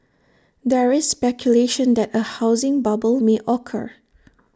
there is speculation that A housing bubble may occur